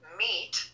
meat